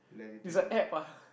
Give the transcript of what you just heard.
is a App ah